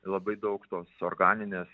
labai daug tos organinės